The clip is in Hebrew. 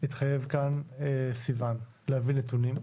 התחייב כאן סיון להביא נתונים.